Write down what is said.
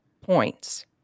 points